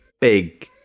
big